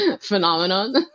phenomenon